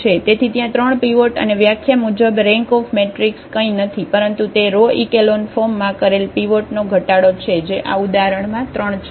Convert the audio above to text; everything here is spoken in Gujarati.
તેથી ત્યાં 3 પીવોટ અને વ્યાખ્યા મુજબ રેંક ઓફ મેટ્રિક્સ કંઈ નથી પરંતુ તે રો ઇકેલોન ફોર્મમાં કરેલ પીવોટનો ઘટાડો છે જે આ ઉદાહરણમાં 3 છે